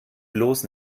bloß